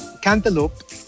cantaloupe